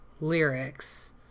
lyrics